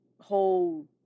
whole